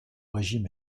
régime